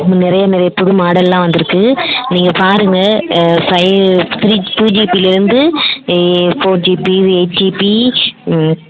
நிறைய நிறைய புது மாடல்லாம் வந்துருக்கு நீங்கள் பாருங்கள் ஃபை த்ரீ டூ ஜிபியிலேர்ந்து ஃபோர் ஜிபி எயிட் ஜிபி